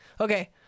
Okay